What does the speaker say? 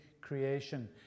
creation